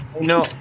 No